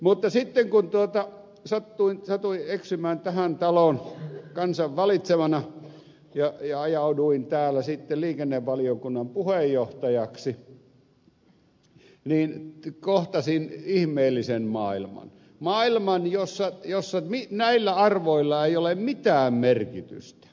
mutta sitten kun satuin eksymään tähän taloon kansan valitsemana ja ajauduin täällä sitten liikennevaliokunnan puheenjohtajaksi niin kohtasin ihmeellisen maailman maailman jossa näillä arvoilla ei ole mitään merkitystä